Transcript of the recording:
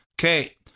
Okay